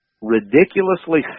ridiculously